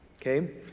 okay